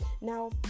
Now